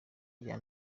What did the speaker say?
rya